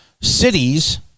cities